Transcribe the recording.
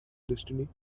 destiny